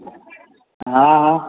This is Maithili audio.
हाँ